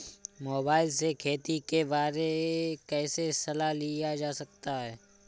Mobile से खेती के बारे कैसे सलाह लिया जा सकता है?